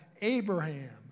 Abraham